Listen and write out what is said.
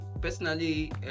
personally